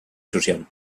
social